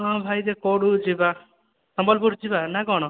ହଁ ଭାଇ ଯେ କେଉଁଠିକୁ ଯିବା ସମ୍ବଲପୁର ଯିବା ନା କଣ